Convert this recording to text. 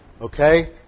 Okay